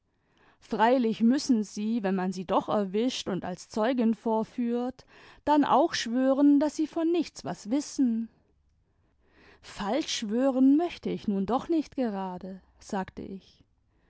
freilich müssen sie wenn man sie doch erwischt und als zeugin vorführt dann auch schwören daß sie von nichts was wissen falsch schwören möchte ich nun doch nicht gerade sagte ich